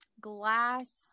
glass